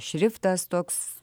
šriftas toks